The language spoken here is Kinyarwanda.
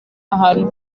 ahantu